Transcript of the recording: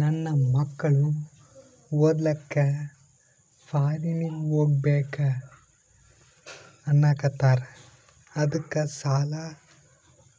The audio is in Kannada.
ನನ್ನ ಮಕ್ಕಳು ಓದ್ಲಕ್ಕ ಫಾರಿನ್ನಿಗೆ ಹೋಗ್ಬಕ ಅನ್ನಕತ್ತರ, ಅದಕ್ಕ ಸಾಲ